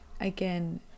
again